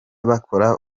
bakora